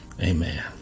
amen